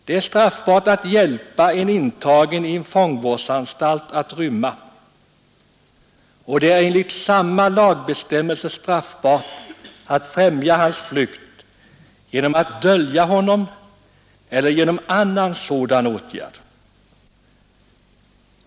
Det är straffbart att hjälpa en intagen i en fångvårdsanstalt att rymma, och det är enligt samma lagbestämmelse straffbart att främja hans flykt genom att dölja honom eller genom annan sådan åtgärd.